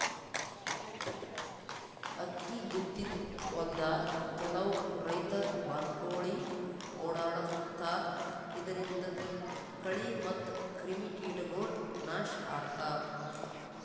ಅಕ್ಕಿ ಬಿತ್ತಿದ್ ಹೊಲ್ದಾಗ್ ಕೆಲವ್ ರೈತರ್ ಬಾತ್ಕೋಳಿ ಓಡಾಡಸ್ತಾರ್ ಇದರಿಂದ ಕಳಿ ಮತ್ತ್ ಕ್ರಿಮಿಕೀಟಗೊಳ್ ನಾಶ್ ಆಗ್ತಾವ್